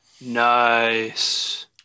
Nice